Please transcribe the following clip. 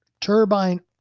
Turbine